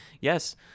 Yes